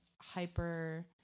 hyper